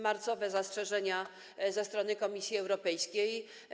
Marcowe zastrzeżenia ze strony Komisji Europejskiej.